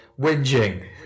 whinging